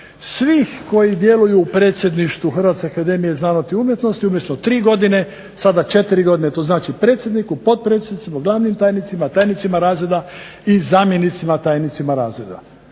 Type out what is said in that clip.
svih koji djeluju u predsjedništvu Hrvatske akademije za znanost i umjetnosti umjesto tri godine sada 4 godina to znači predsjedniku, potpredsjedniku, glavnim tajnicima, tajnicima razreda i zamjenicima tajnika razreda.